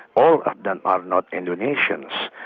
all of them are not indonesians.